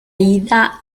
ida